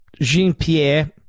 Jean-Pierre